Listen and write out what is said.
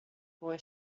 boy